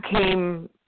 came